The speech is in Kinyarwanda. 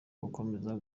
bakomeze